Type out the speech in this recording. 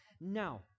now